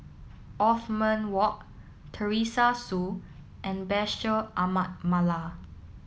Othman Wok Teresa Hsu and Bashir Ahmad Mallal